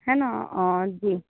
है ना जी